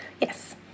Yes